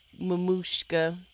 mamushka